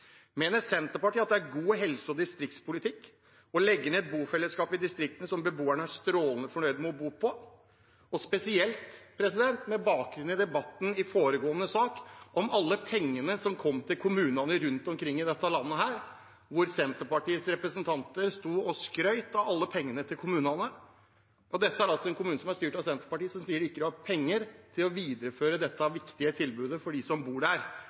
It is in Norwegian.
Mener Senterpartiet at det er god helse- og distriktspolitikk å legge ned et bofellesskap i distriktene – som beboerne er strålende fornøyd med å bo på – spesielt med bakgrunn i debatten i foregående sak, om alle pengene som kom til kommunene rundt omkring i dette landet, hvor Senterpartiets representanter sto og skrøt av alle pengene til kommunene? Dette er altså en kommune som er styrt av Senterpartiet, og som sier de ikke har penger til å videreføre dette viktige tilbudet for dem som bor der.